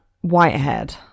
Whitehead